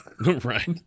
right